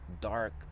dark